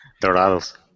Dorados